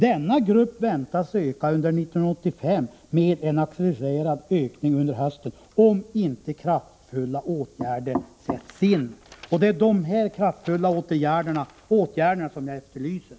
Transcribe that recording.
Denna grupp väntas öka under 1985 med en accelererad ökning under hösten om inte kraftfulla åtgärder sätts in.” Det är dessa kraftfulla åtgärder jag efterlyser.